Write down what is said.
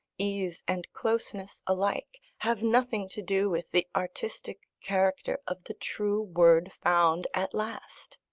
ease and closeness alike, have nothing to do with the artistic character of the true word found at last.